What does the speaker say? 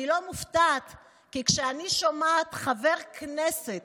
אני לא מופתעת, כי אני שומעת חבר כנסת